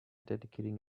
dedicating